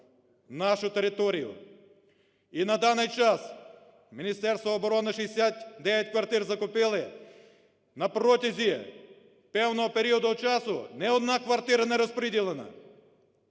нашу територію. І на даний час Міністерство оборони 69 квартир закупили, на протязі певного періоду часу ні одна квартира не розподілена.